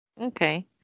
Okay